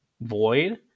void